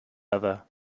other